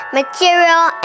material